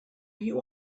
you